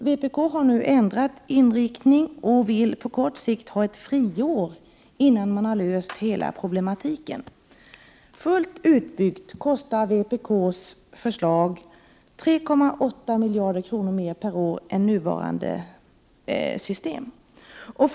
Vpk har nu ändrat inriktning och vill på kort sikt ha ett friår, innan man har löst hela problematiken. Fullt utbyggt kostar det system vpk föreslår 3,8 miljarder mer per år än det nu gällande.